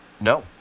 No